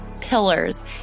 pillars